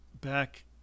back